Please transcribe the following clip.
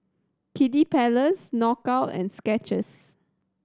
Kiddy Palace Knockout and Skechers